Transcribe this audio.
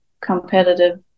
competitive